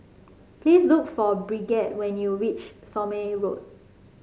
please look for Bridgett when you reach Somme Road